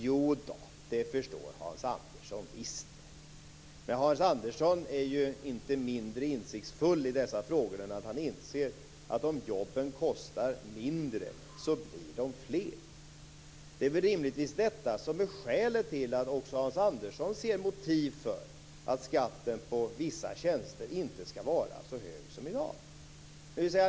Jodå, det förstår Hans Andersson visst. Hans Andersson är inte mindre insiktsfull i dessa frågor än att han inser att om jobben kostar mindre så blir de fler. Det är väl rimligtvis detta som är skälet till att också Hans Andersson ser motiv för att skatten på vissa tjänster inte skall vara så hög som i dag.